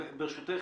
ברשותך,